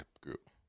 group